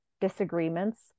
disagreements